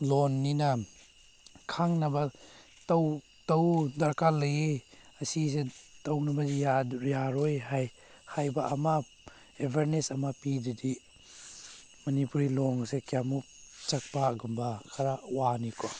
ꯂꯣꯟꯅꯤꯅ ꯈꯪꯅꯕ ꯇꯧ ꯇꯧ ꯗꯔꯀꯥꯔ ꯂꯩꯌꯦ ꯑꯁꯤꯁꯦ ꯇꯧꯅꯕꯒꯤ ꯌꯥꯔꯣꯏ ꯍꯥꯏ ꯍꯥꯏꯕ ꯑꯃ ꯑꯦꯋꯥꯔꯅꯦꯁ ꯑꯃ ꯄꯤꯗ꯭ꯔꯗꯤ ꯃꯅꯤꯄꯨꯔꯤ ꯂꯣꯟꯁꯦ ꯀꯌꯥꯃꯨꯛ ꯆꯠꯄꯒꯨꯝꯕ ꯈꯔ ꯋꯥꯅꯤꯀꯣ